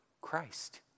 Christ